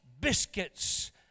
Biscuits